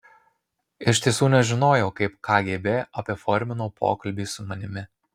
iš tiesų nežinojau kaip kgb apiformino pokalbį su manimi